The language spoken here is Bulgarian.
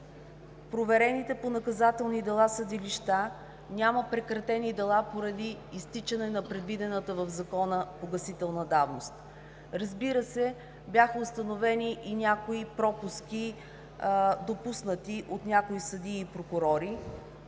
проверените съдилища по наказателни дела няма прекратени дела поради изтичане на предвидената в Закона погасителна давност. Разбира се, бяха установени и някои пропуски, допуснати от някои съдии и прокурори,